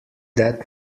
that